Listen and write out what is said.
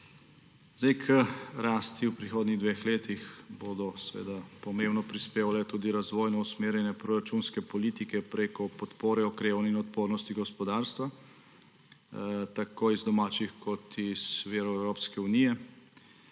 K rasti v prihodnih dveh letih bodo pomembno prispevale tudi razvojno usmerjene proračunske politike prek podpore okrevanju in odpornosti gospodarstva tako iz domačih kot iz virov Evropske unije.